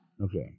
Okay